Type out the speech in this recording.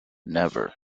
never